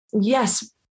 yes